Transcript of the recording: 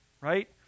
right